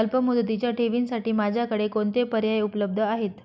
अल्पमुदतीच्या ठेवींसाठी माझ्याकडे कोणते पर्याय उपलब्ध आहेत?